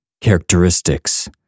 characteristics